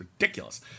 Ridiculous